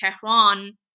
Tehran